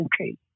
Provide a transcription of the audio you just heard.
okay